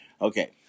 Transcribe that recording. Okay